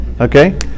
Okay